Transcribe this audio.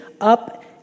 up